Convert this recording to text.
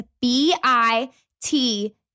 B-I-T